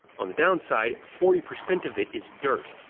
on the downside, forty percent of it is dirt.